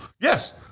Yes